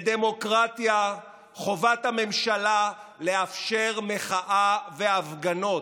בדמוקרטיה חובת הממשלה לאפשר מחאה והפגנות.